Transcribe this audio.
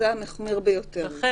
אבל